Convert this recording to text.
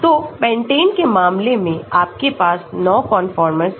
तो पेंटेन के मामले में आपके पास 9 कंफर्मर्स हैं